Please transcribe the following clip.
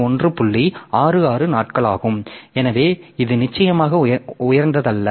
66 நாட்கள் ஆகும் எனவே இது நிச்சயமாக உயர்ந்ததல்ல